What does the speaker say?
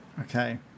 Okay